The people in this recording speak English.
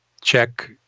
check